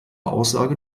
aussage